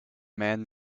man